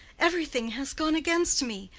everything has gone against me.